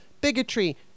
bigotry